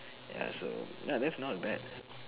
ya so ya that's not bad